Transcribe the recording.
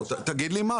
--- תגיד לי מה?